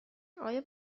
آیا